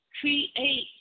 create